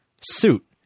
suit